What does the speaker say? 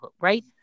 Right